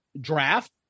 draft